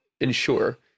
ensure